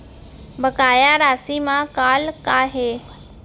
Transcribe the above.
बकाया राशि मा कॉल का हे?